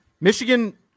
Michigan